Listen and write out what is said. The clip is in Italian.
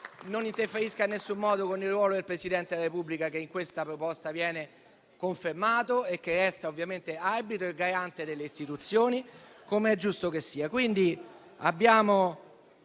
con le prerogative del Parlamento e con il ruolo del Presidente della Repubblica, che in questa proposta viene confermato e che resta arbitro e garante delle Istituzioni, come è giusto che sia.